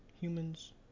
humans